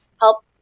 help